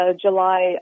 July